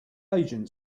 agent